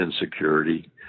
insecurity